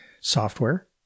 software